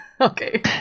okay